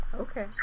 Okay